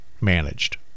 managed